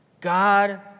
God